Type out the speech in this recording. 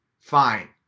fine